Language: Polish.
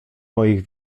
moich